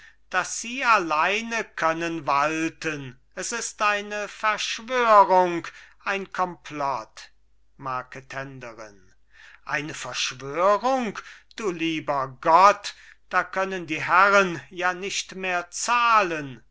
daß sie alleine können walten s ist eine verschwörung ein komplott marketenderin eine verschwörung du lieber gott da können die herren ja nicht mehr zahlen